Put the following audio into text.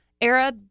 era